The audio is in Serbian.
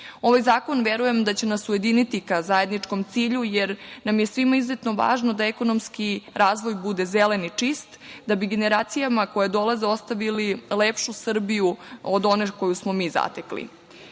zakon verujem da će nas ujediniti ka zajedničkom cilju jer nam je svima izuzetno važno da ekonomski razvoj bude zelen i čist, da bi generacijama koje dolaze ostavili lepšu Srbiju od one koju smo mi zatekli. Pokrenut